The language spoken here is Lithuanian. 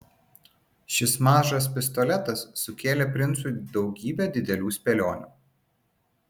šis mažas pistoletas sukėlė princui daugybę didelių spėlionių